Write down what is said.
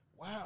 wow